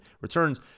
returns